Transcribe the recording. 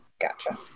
Gotcha